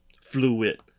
fluid